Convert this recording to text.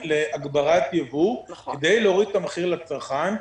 להגברת ייבוא כדי להוריד את המחיר לצרכן,